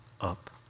up